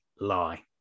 lie